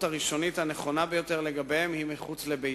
הראשונית הנכונה ביותר לגביהם היא מחוץ לבית.